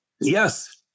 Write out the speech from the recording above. Yes